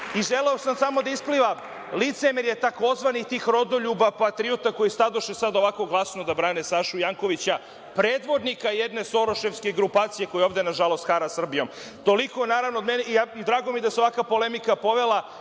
sam da samo ispliva tzv. tih rodoljuba, patriota koji stadoše sad ovako glasno da brane Sašu Jankovića, predvodnika jedne soroševske grupacije koja ovde, nažalost, hara Srbijom. Toliko, od mene, i drago mi je da se ovakva polemika povela,